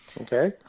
Okay